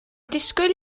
disgwyl